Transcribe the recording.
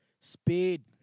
Speed